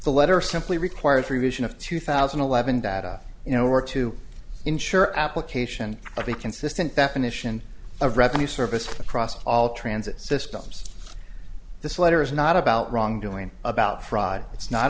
the letter simply requires revision of two thousand and eleven data you know work to ensure application of a consistent definition of revenue service across all transit systems this letter is not about wrongdoing about fraud it's not